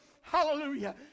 Hallelujah